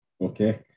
Okay